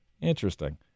interesting